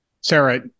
Sarah